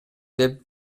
деп